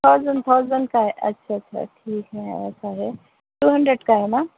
thousand thousand کا ہے اچھا اچھا ٹھیک ہے ایسا ہے ٹو ہنڈرنڈ کا ہے نا